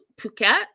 Phuket